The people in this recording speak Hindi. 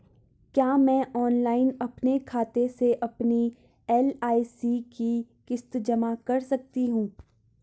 क्या मैं ऑनलाइन अपने खाते से अपनी एल.आई.सी की किश्त जमा कर सकती हूँ?